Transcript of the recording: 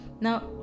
Now